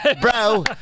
bro